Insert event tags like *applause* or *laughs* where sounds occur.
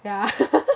yeah *laughs*